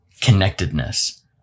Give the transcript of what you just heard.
connectedness